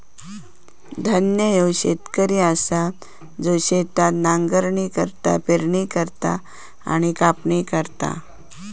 धन्ना ह्यो शेतकरी असा जो शेतात नांगरणी करता, पेरणी करता आणि कापणी करता